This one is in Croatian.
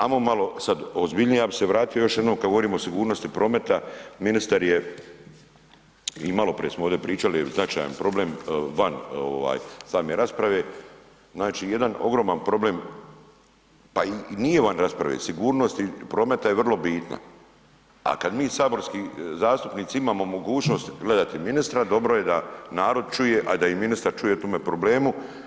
Ajmo malo sad ozbiljnije, ja bi se vratio još jednom kada govorimo o sigurnosti prometa ministar je i maloprije smo ovdje pričali jel značajan problem van same rasprave, znači jedan ogroman problem pa i nije van rasprave, sigurnosti prometa je vrlo bitna, a kada mi saborski zastupnici imamo mogućnost gledati ministra dobro je da narod čuje, a i da ministar čuje o tome problemu.